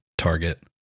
target